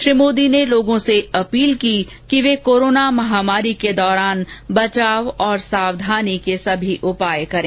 श्री मोदी ने लोगों से अपील की कि वे कोरोना महामारी के दौरान सावधानी के सभी उपाय करें